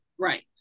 right